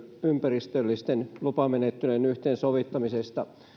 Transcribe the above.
ympäristöllisten lupamenettelyjen yhteensovittamisesta